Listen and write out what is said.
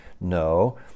No